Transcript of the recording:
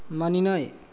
मानिनाय